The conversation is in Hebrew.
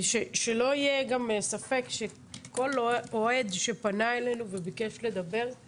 שלא יהיה ספק שכל אוהד שפנה אלינו וביקש לדבר מול הוועדה,